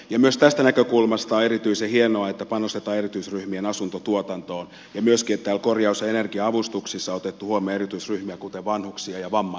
myös tästä näkökulmasta on erityisen hienoa että panostetaan erityisryhmien asuntotuotantoon ja myöskin että täällä korjaus ja energia avustuksissa on otettu huomioon erityisryhmiä kuten vanhuksia ja vammaisia